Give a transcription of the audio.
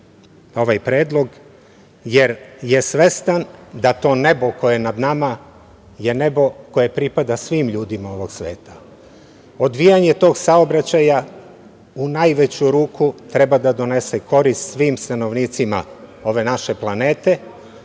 ovaj predlog jer je svestan da to nebo koje nad nama je nebo koje pripada svim ljudima ovog sveta. Odvijanje tog saobraćaja u najveću ruku treba da donese korist svim stanovnicima ove naše planete,